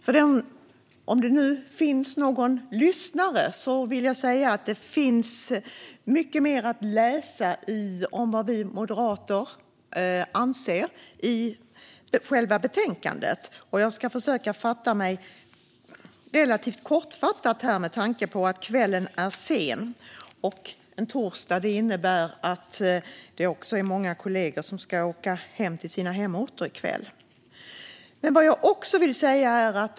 Till eventuella lyssnare vill jag säga att det finns mycket mer att läsa i själva betänkandet om vad vi moderater anser. Jag ska försöka fatta mig relativt kort med tanke på att kvällen är sen. Att det är torsdag innebär också att det är många kollegor som ska åka till sina hemorter i kväll.